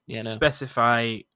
specify